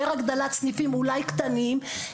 יותר הגדלת סניפים אולי קטנים.